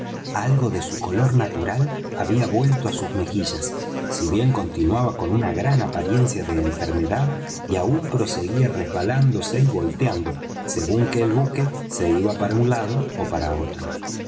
algo de su color natural había vuelto á sus mejillas si bien continuaba con una gran apariencia de enfermedad y aún proseguía resbalándose y volteando según que el buque se iba para un lado ó para otro